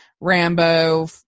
Rambo